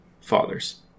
fathers